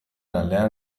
aldean